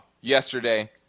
yesterday